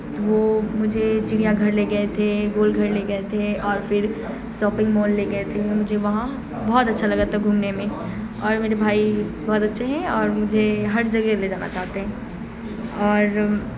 تو وہ مجھے چڑیاں گھر لے گئے تھے گول گھر لے گئے تھے اور پھر ساپنگ مال لے گئے تھے مجھے وہاں بہت اچھا لگا تھا گھومنے میں اور میرے بھائی بہت اچھے ہیں اور مجھے ہر جگہ لے جانا چاہتے ہیں اور